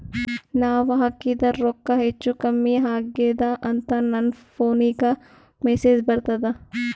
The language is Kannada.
ನಾವ ಹಾಕಿದ ರೊಕ್ಕ ಹೆಚ್ಚು, ಕಮ್ಮಿ ಆಗೆದ ಅಂತ ನನ ಫೋನಿಗ ಮೆಸೇಜ್ ಬರ್ತದ?